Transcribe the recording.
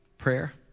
Prayer